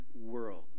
World